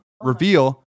Reveal